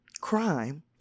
crime